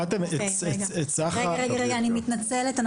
אני מתנצלת.